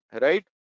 right